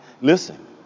listen